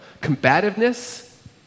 Combativeness